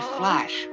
flash